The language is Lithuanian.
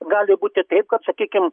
gali būti taip kad sakykim